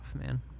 man